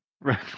Right